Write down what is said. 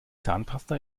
zahnpasta